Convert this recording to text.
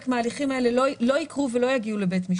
מההליכים האלה לא יקרו ולא יגיעו לבית משפט.